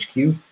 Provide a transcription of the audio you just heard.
HQ